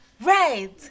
right